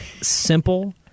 simple